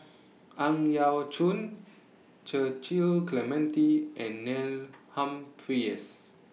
Ang Yau Choon Cecil Clementi and Neil Humphreys